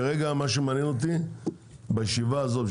כרגע מעניין אותי בישיבה הזאת,